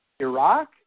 Iraq